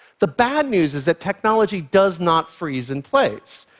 the bad news is that technology does not freeze in place,